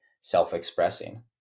self-expressing